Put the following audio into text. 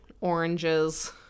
oranges